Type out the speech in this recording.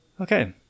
Okay